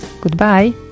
Goodbye